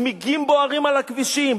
צמיגים בוערים על הכבישים,